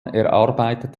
erarbeitet